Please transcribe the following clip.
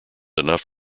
enough